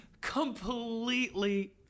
completely